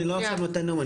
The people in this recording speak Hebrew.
אני לא עכשיו נותן נאום,